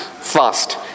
Fast